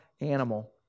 animal